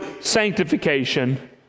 sanctification